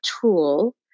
tool